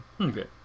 Okay